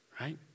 right